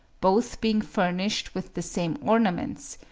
both being furnished with the same ornaments,